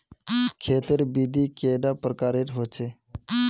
खेत तेर विधि कैडा प्रकारेर होचे?